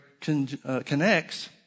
connects